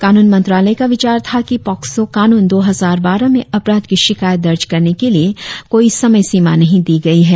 कानून मंत्रालय का विचार था कि पॉक्सो कानून दो हजार बारह में अपराध की शिकायत दर्ज करने के लिए कोई समय सीमा नहीं दी गई है